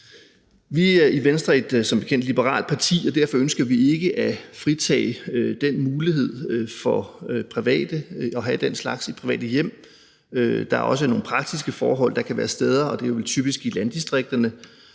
Venstre er som bekendt et liberalt parti, og derfor ønsker vi ikke at fratage private den mulighed at have den slags i private hjem. Der er også nogle praktiske forhold: Der kan være steder, og det er jo typisk i landdistrikterne,